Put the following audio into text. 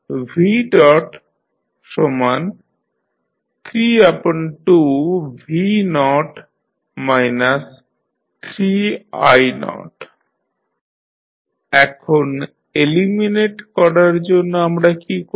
v0213vi0v32v0 3i0 এখন eliminate করার জন্য আমরা কী করব